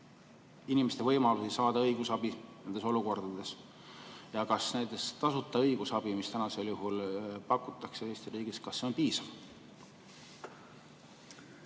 inimeste võimalusi saada õigusabi nendes olukordades. Kas näiteks tasuta õigusabi, mida tänasel juhul pakutakse Eesti riigis, on piisav?